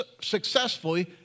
successfully